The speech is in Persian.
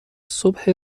صبح